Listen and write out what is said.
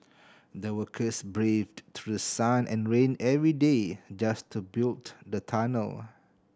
the workers braved through sun and rain every day just to build the tunnel